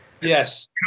Yes